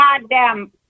goddamn